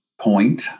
point